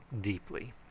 deeply